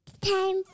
Time